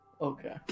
Okay